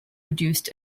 reduced